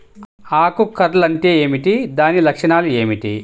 ఆకు కర్ల్ అంటే ఏమిటి? దాని లక్షణాలు ఏమిటి?